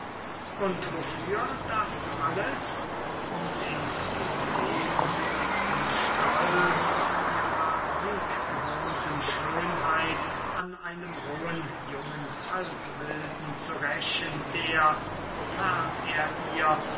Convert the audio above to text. und wofür das alles um den gedemüthigten stolz ihrer sieggewohnten schönheit an einem rohen jungen halbwilden zu rächen der wofern er ihr